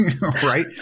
Right